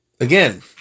Again